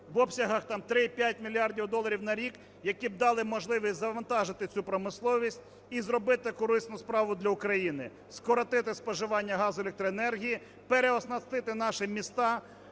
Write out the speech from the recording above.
в обсягах там 3,5 мільярда доларів на рік, які б дали можливість завантажити цю промисловість і зробити корисну справу для України – скоротити споживання газу, електроенергії, переоснастити наші міста,